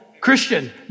Christian